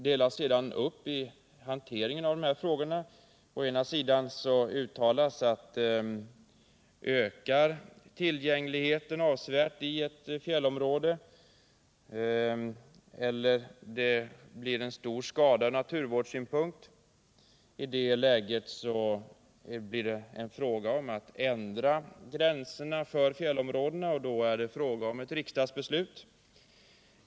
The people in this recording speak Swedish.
Det uttalas att om tillgängligheten väsentligt ökar i ett fjällområde och det blir en stor skada ur naturvårdssynpunkt, blir det fråga om att ändra gränserna för fjällområdena. Då behövs det ett riksdagsbeslut.